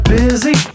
busy